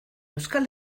euskal